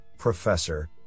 Professor